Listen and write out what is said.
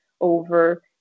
over